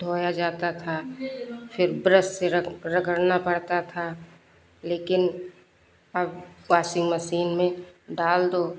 धोया जाता था फिर ब्रश से रगड़ना पड़ता था लेकिन अब वाशिंग मशीन में डाल दो